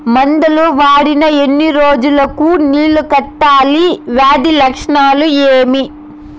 మందులు వాడిన ఎన్ని రోజులు కు నీళ్ళు కట్టాలి, వ్యాధి లక్షణాలు ఏమి?